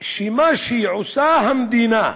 שמה שעושה המדינה,